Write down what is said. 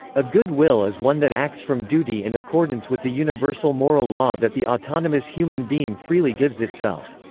a good will is one that acts from duty in accordance with the universal moral law that the autonomous human being freely gives itself.